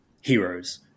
heroes